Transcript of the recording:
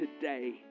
today